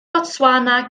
botswana